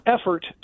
effort